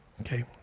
Okay